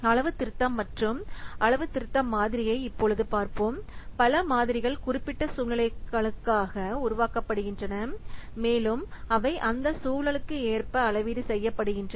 அளவு திருத்தம் மற்றும் அளவு திருத்தம் மாதிரியை இப்பொழுது பார்ப்போம் பல மாதிரிகள் குறிப்பிட்ட சூழ்நிலைகளுக்காக உருவாக்கப்படுகின்றன மேலும் அவை அந்த சூழலுக்கு ஏற்ப அளவீடு செய்யப்படுகின்றன